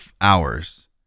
hours